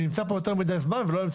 אני נמצא כאן יותר מדי זמן ולא נמצא